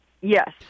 Yes